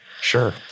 Sure